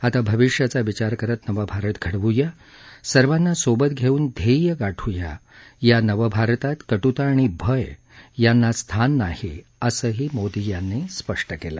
आता भविष्याचा विचार करत नवभारत घडव्या सर्वांना सोबत घेऊन ध्येय गाठूया या नवभारतात कटुता आणि भय यांना स्थान नाही असंही मोदी यांनी स्पष्ट केलं